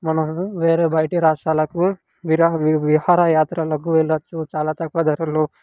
మనం వేరే బయటి రాష్ట్రాలకి వీర విహార యాత్రలకు వెళ్ళొచ్చు చాలా తక్కువ ధరలో